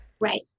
Right